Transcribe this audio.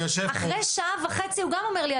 אחרי שעה וחצי הוא גם אומר לי,